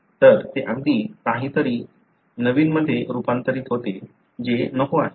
तर ते अगदी काहीतरी नवीनमध्ये रूपांतरित होते जे नको आहे